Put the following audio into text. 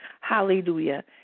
Hallelujah